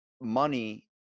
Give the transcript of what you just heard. money